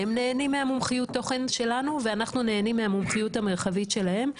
הם נהנים מהמומחיות שלנו ואנחנו נהנים מהמומחיות המרחבית שלהם.